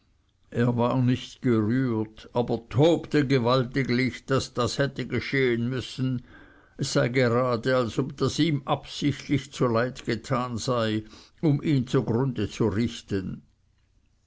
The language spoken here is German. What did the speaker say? er war nicht gerührt aber tobte gewaltiglich daß das hätte geschehen müssen es sei gerade als ob das ihm absichtlich zuleid getan sei um ihn zugrunde zu richten